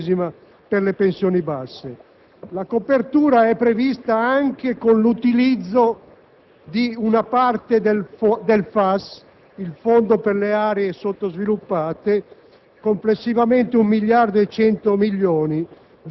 l'iniziativa relativa alla quattordicesima per le pensioni basse. La copertura è prevista anche con l'utilizzo di una parte del FAS (il Fondo per le aree sottoutilizzate):